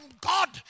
God